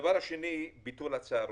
הדבר השני הוא ביטול הצהרונים.